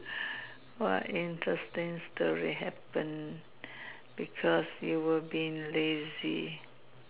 what interesting story happened because you were being lazy